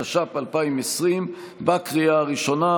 התש"ף 2020, לקריאה הראשונה.